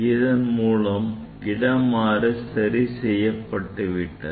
இதன் மூலம் இடமாறு சரி செய்யப்பட்டுவிட்டது